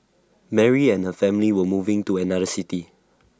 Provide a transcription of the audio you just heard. Mary and her family were moving to another city